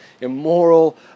immoral